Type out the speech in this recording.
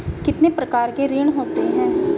कितने प्रकार के ऋण होते हैं?